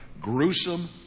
Gruesome